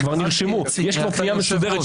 הם כבר נרשמו, יש כבר פנייה מסודרת.